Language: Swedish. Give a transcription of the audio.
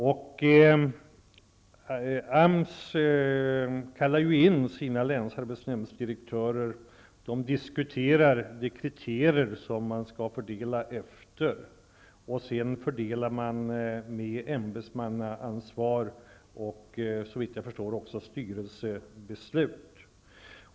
AMS kallar in sina länsarbetsnämndsdirektörer, och de diskuterar de kriterier som man skall fördela efter, och sedan fördelar man med ämbetsmannaansvar och såvitt jag förstår också genom styrelsebeslut.